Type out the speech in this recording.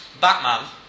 Batman